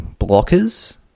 blockers